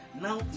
Now